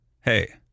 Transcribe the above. hey